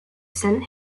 sent